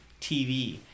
tv